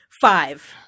Five